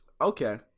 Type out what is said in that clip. Okay